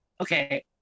Okay